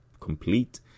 complete